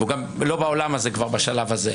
והוא גם לא בעולם הזה כבר בשלב הזה.